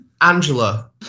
Angela